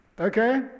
Okay